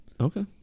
Okay